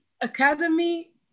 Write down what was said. academy